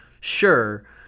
sure